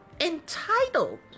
entitled